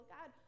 God